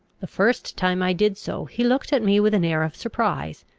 the first time i did so, he looked at me with an air of surprise,